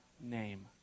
name